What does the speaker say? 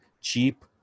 cheap